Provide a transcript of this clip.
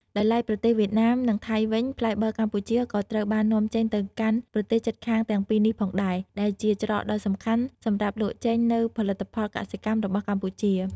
ដោយឡែក ប្រទេសវៀតណាម និងថៃវិញ ផ្លែបឺរកម្ពុជាក៏ត្រូវបាននាំចេញទៅកាន់ប្រទេសជិតខាងទាំងពីរនេះផងដែរ ដែលជាច្រកដ៏សំខាន់សម្រាប់លក់ចេញនូវផលិតផលកសិកម្មរបស់កម្ពុជា។